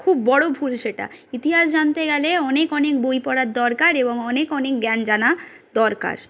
খুব বড় ভুল সেটা ইতিহাস জানতে গেলে অনেক অনেক বই পড়ার দরকার এবং অনেক অনেক জ্ঞান জানা দরকার